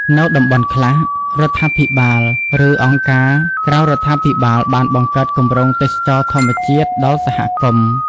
នៅតំបន់ខ្លះ រដ្ឋាភិបាល ឬអង្គការក្រៅរដ្ឋាភិបាលបានបង្កើតគម្រោងទេសចរណ៍ធម្មជាតិដល់សហគមន៍។